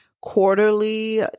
quarterly